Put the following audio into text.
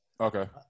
Okay